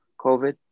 COVID